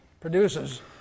produces